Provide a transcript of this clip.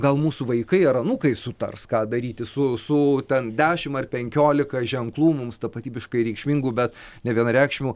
gal mūsų vaikai ar anūkai sutars ką daryti su su ten dešim ar penkiolika ženklų mums tapatybiškai reikšmingų bet nevienareikšmių